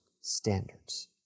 standards